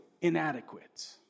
inadequate